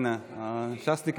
השר המיועד.